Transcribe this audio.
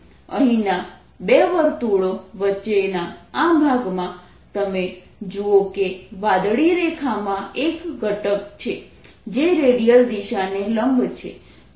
અહીંના બે વર્તુળો વચ્ચેના આ ભાગમાં તમે જુઓ છો કે વાદળી રેખામાં એક ઘટક છે જે રેડિયલ દિશાને લંબ છે